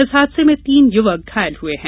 इस हादसे में तीन युवक घायल हुए है